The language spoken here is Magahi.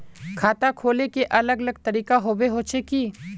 खाता खोले के अलग अलग तरीका होबे होचे की?